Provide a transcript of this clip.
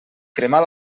cremar